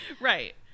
right